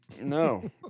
No